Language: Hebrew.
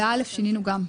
בסעיף (א) שינינו גם.